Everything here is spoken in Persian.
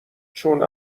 چون